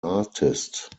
artist